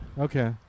Okay